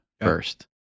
first